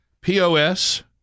POS